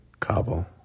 Cabo